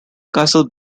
castle